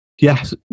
Yes